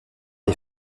les